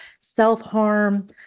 self-harm